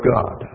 God